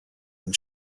and